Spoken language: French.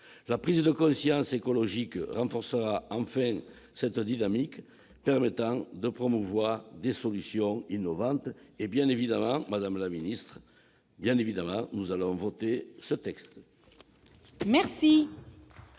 La prise de conscience écologique renforcera enfin cette dynamique permettant de promouvoir des solutions innovantes. Bien évidemment, madame la ministre, nous voterons ce texte !